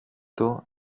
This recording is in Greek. του